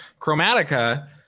Chromatica